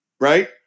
Right